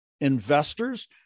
investors